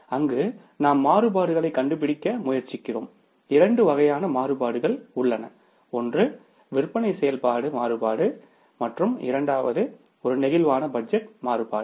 அங்கு நாம் மாறுபாடுகளைக் கண்டுபிடிக்க முயற்சிக்கிறோம்இரண்டு வகையான மாறுபாடுகள் உள்ளன ஒன்று விற்பனை செயல்பாட்டு மாறுபாடு மற்றும் இரண்டாவது ஒரு பிளேக்சிபிள் பட்ஜெட் மாறுபாடு